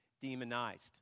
demonized